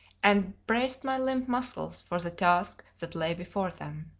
and braced my limp muscles for the task that lay before them.